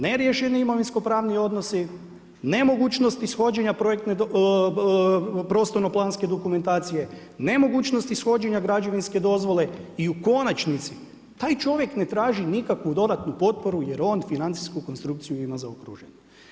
Ne riješeni imovinsko-pravni odnosi, nemogućnost ishođenja prostorno-planske dokumentacije, nemogućnost ishođenja građevinske dozvole i u konačnici taj čovjek ne traži nikakvu dodatnu potporu jer on financijsku konstrukciju ima zaokruženu.